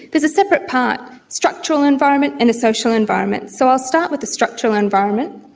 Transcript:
there is a separate part structural environment and the social environment. so i'll start with the structural environment.